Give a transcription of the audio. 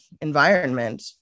environment